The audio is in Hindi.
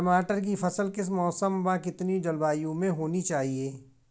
टमाटर की फसल किस मौसम व कितनी जलवायु में होनी चाहिए?